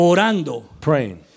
Praying